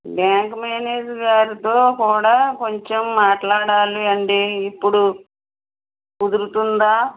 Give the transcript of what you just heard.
bank manager గారుతో కూడా కొంచెం మాట్లాడాలండి ఇప్పుడు కుదురుతుందా